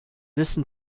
listen